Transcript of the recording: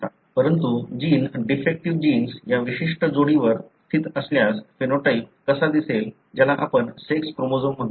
परंतु gene defective genes या विशिष्ट जोडीवर स्थित असल्यास फेनोटाइप कसा दिसेल ज्याला आपण सेक्स क्रोमोझोम म्हणतो